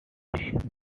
which